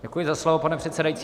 Děkuji za slovo, pane předsedající.